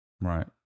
Right